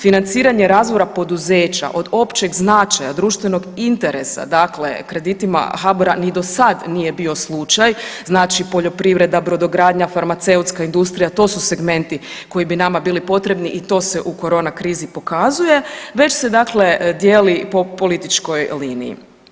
Financiranje razvoja poduzeća od općeg značaja društvenog interesa kreditima HBOR-a ni do sad nije bio slučaj, znači poljoprivreda, brodogradnja, farmaceutska industrija to su segmenti koji bi nama bili potrebni i to se u korona krizi pokazuje već se dijeli po političkoj liniji.